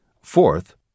Fourth